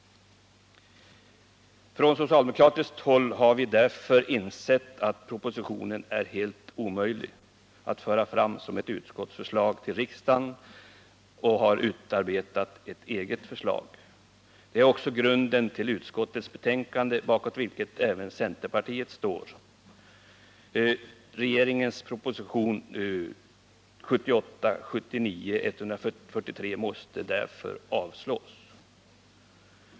Från socialdemokratiskt håll har vi därför insett att propositionen är helt omöjlig att föra fram som ett utskottsförslag till riksdagen och har därför utarbetat ett eget förslag. Det är också grunden för utskottets betänkande, bakom vilket även centerpartiet står. Regeringens proposition 1978/79:153 måste därför avslås.